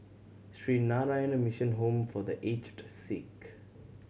Sree Narayana Mission Home for The Aged Sick